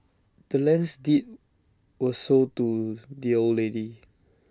the land's deed was sold to the old lady